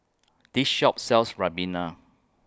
This Shop sells Ribena